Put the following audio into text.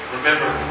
Remember